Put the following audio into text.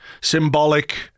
symbolic